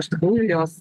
iš tikrųjų jos